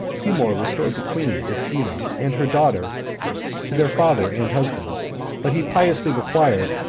timour restored the queen despina and her daughter to their father and husband but he piously required,